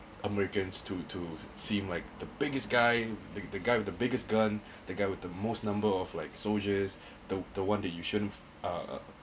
americans to to seem like the biggest guy the the guy with the biggest gun the guy with the most number of like soldiers the the one that you shouldn't um